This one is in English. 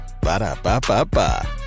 Ba-da-ba-ba-ba